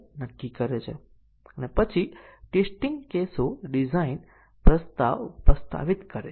basic કન્ડીશનોમાં ટેસ્ટીંગના કેસોની સંખ્યા રેખીય છે